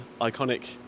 iconic